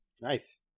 Nice